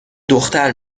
دختر